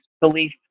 belief